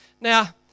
Now